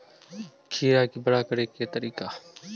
खीरा के बड़ा करे के तरीका?